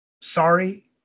sorry